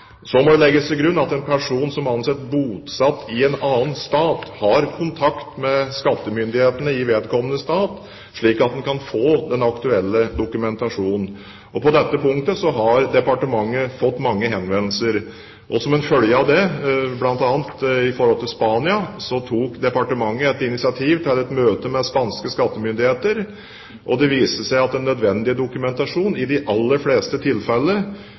må legges til grunn at en person som anses bosatt i en annen stat, har kontakt med skattemyndighetene i vedkommende stat, slik at en kan få den aktuelle dokumentasjon. På dette punktet har departementet fått mange henvendelser. Som en følge av det, bl.a. i forhold til Spania, tok departementet et initiativ til et møte med spanske skattemyndigheter. Det viste seg at den nødvendige dokumentasjon i de aller fleste